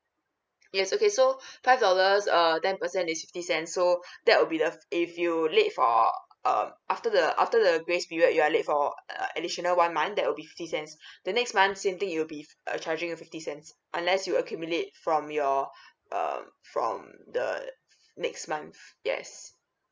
ya it's okay so five dollars err ten percent is fifty cent so that will be the if you relate for um after the after the grace period you are late for uh additional one month that will be fifty cents the next months same thing it will be uh charging a fifty cents unless you accumulate from your um from the the next month yes